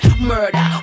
Murder